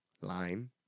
line